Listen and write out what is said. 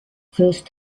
first